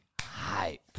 hype